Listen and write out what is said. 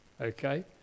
Okay